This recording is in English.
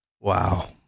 Wow